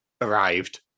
arrived